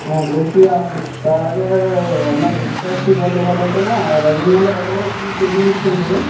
হ্যাঁ বলছিলাম তার আগে আপনার রেটটা একটু জানলে ভালো হতো না রজনীগন্ধা কত করে কী কেজি নিচ্ছেন বলুন